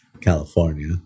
California